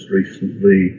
recently